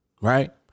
right